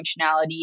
functionality